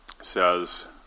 says